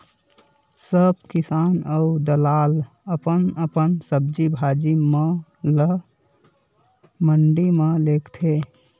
सब किसान अऊ दलाल अपन अपन सब्जी भाजी म ल मंडी म लेगथे